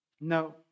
No